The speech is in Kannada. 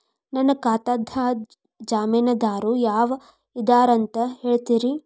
ನನ್ನ ಖಾತಾದ್ದ ಜಾಮೇನದಾರು ಯಾರ ಇದಾರಂತ್ ಹೇಳ್ತೇರಿ?